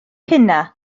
hynaf